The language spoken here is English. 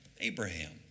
Abraham